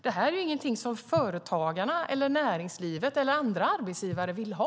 Det här är ingenting som företagarna, näringslivet eller andra arbetsgivare vill ha.